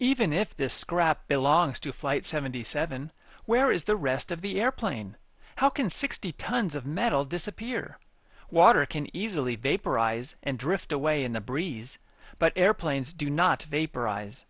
even if this crap belongs to flight seventy seven where is the rest of the airplane how can sixty tons of metal disappear water can easily vaporize and drift away in a breeze but airplanes do not vapor